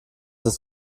ist